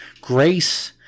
grace